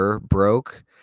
broke